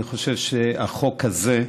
אני חושב שהחוק הזה,